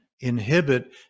inhibit